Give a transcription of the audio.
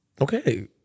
okay